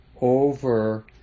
over